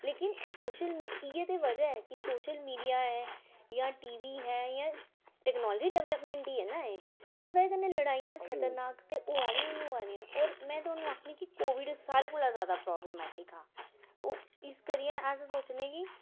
लेकिन social media इ'यै ते बजह् ऐ कि सोशल मीडिया ऐ जां टी वी ऐ जां टेक्नोलॉजी डेवलपमेंट ही ऐ ना एह् इस बजह् कन्नै लड़ाइयां खतरनाक ते होआ दियां ई होआ दियां होर में थाह्नूं आखनी कि कोविड सारें कोला जादा प्रॉब्लमैटिक हा इस करियै अस सोचने कि